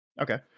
Okay